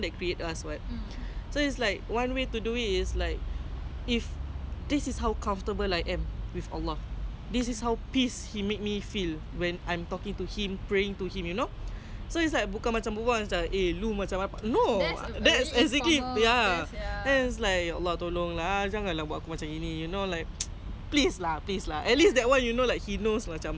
that's exactly ya that is like ya allah tolong lah jangan lah buat macam gini you know like please lah please lah at least that [one] he knows macam because he already know what are we gonna say what are we gonna do so if he knows that I'm gonna disrespect him he knows what he is gonna do to me like you know macam like berbual maki ya allah you know that